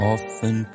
Often